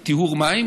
של טיהור מים,